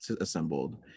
assembled